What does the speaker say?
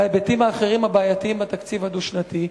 וההיבטים הבעייתיים האחרים בתקציב הדו-שנתי.